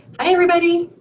hey everybody.